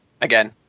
again